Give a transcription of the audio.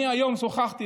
אני היום שוחחתי,